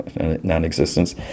non-existence